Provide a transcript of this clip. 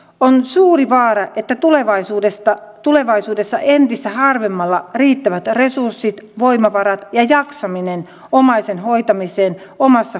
on suuri vaara että tulevaisuudessa entistä harvemmalla riittävät resurssit voimavarat ja jaksaminen omaisen hoitamiseen omassa kodissaan